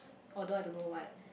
or those I don't know what